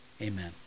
amen